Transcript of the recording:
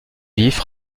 vif